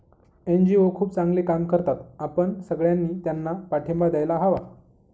NGO खूप चांगले काम करतात, आपण सगळ्यांनी त्यांना पाठिंबा द्यायला हवा